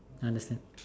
understand